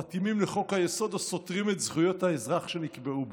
מתאימים לחוק-היסוד או סותרים את זכויות האזרח שנקבעו בו,